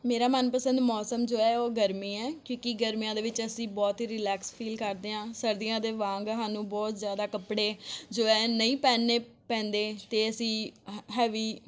ਮੇਰਾ ਮਨਪਸੰਦ ਮੌਸਮ ਜੋ ਹੈ ਉਹ ਗਰਮੀ ਹੈ ਕਿਉਂਕਿ ਗਰਮੀਆਂ ਦੇ ਵਿੱਚ ਅਸੀਂ ਬਹੁਤ ਹੀ ਰਿਲੈਕਸ ਫੀਲ ਕਰਦੇ ਹਾਂ ਸਰਦੀਆਂ ਦੇ ਵਾਂਗ ਸਾਨੂੰ ਬਹੁਤ ਜ਼ਿਆਦਾ ਕੱਪੜੇ ਜੋ ਹੈ ਨਹੀਂ ਪਹਿਨਣੇ ਪੈਂਦੇ ਅਤੇ ਅਸੀਂ ਹ ਹੈਵੀ